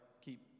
keep